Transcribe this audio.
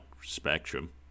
spectrum